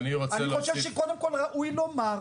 אני חושב שקודם כול ראוי לומר,